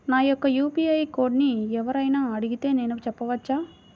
నా యొక్క యూ.పీ.ఐ కోడ్ని ఎవరు అయినా అడిగితే నేను చెప్పవచ్చా?